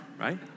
right